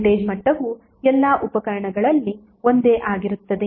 voltage ಮಟ್ಟವು ಎಲ್ಲಾ ಉಪಕರಣಗಳಲ್ಲಿ ಒಂದೇ ಆಗಿರುತ್ತದೆ